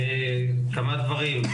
כמה דברים,